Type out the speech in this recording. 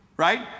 Right